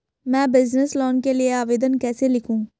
मैं business loan के लिए आवेदन कैसे लिखूँ?